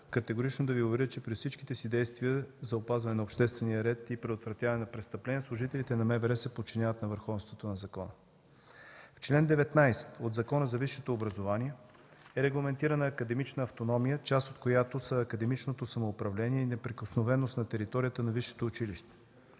категорично да Ви уверя, че при всичките си действия за опазване на обществения ред и предотвратяване на престъпления, служителите на МВР се подчиняват на върховенството на закона. В чл. 19 от Закона за висшето образование е регламентирана академична автономия, част от която са академичното самоуправление и неприкосновеност на територията на висшето училище.